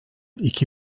iki